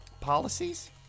policies